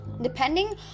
Depending